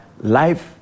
life